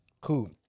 cool